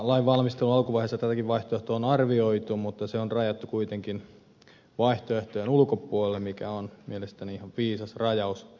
lain valmistelun alkuvaiheissa tätäkin vaihtoehtoa on arvioitu mutta se on rajattu kuitenkin vaihtoehtojen ulkopuolelle mikä on mielestäni ihan viisaus rajaus